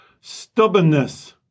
Stubbornness